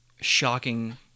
shocking